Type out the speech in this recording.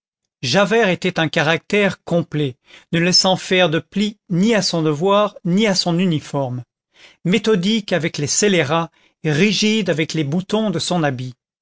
javert était un caractère complet ne laissant faire de pli ni à son devoir ni à son uniforme méthodique avec les scélérats rigide avec les boutons de son habit